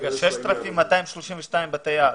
רגע, 6,232 בתי אב.